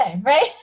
right